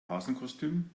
hasenkostüm